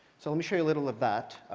so let me show you a little of that.